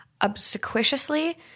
obsequiously